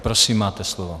Prosím, máte slovo.